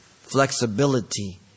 flexibility